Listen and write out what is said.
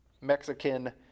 mexican